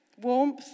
Warmth